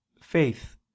Faith